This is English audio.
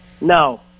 No